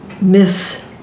miss